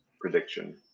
prediction